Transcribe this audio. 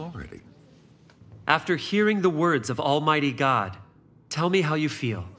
glory after hearing the words of almighty god tell me how you feel